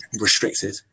restricted